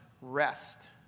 rest